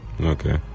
Okay